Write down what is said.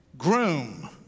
groom